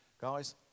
guys